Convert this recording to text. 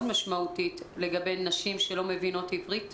משמעותית לגבי נשים שלא מבינות עברית,